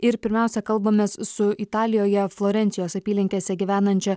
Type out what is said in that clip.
ir pirmiausia kalbamės su italijoje florencijos apylinkėse gyvenančia